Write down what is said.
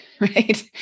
Right